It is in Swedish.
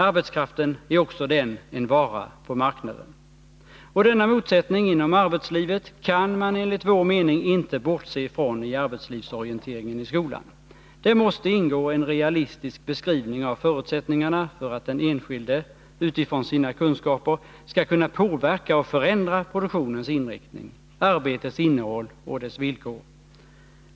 Arbetskraften är också den en vara på marknaden. Och denna motsättning inom arbetslivet kan man enligt vår mening inte bortse från i arbetslivsorienteringen i skolan. Där måste ingå en realistisk beskrivning av förutsättningarna för att den enskilde utifrån sina kunskaper skall kunna påverka och förändra produktionens inriktning, arbetets innehåll och villkor.